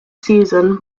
season